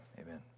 amen